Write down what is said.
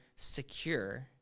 secure